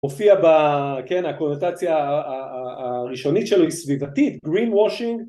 הופיע בכן הקונוטציה הראשונית שלו היא סביבתית green washing